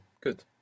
Good